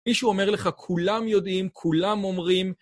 מישהו אומר לך, כולם יודעים, כולם אומרים.